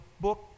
book